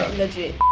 legit.